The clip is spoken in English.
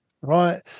right